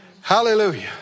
hallelujah